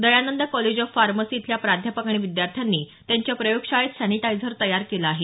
Dayanand college of pharmacy इथल्या प्राध्यापक आणि विद्यार्थ्यांनी त्यांच्या प्रयोग शाळेत सॅनिटायझर तयार केलं आहे